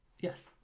Yes